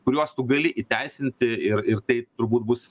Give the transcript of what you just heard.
kuriuos tu gali įteisinti ir ir tai turbūt bus